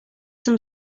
some